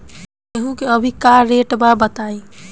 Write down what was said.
गेहूं के अभी का रेट बा बताई?